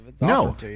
No